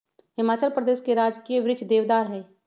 हिमाचल प्रदेश के राजकीय वृक्ष देवदार हई